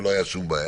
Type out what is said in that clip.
ולא הייתה שום בעיה.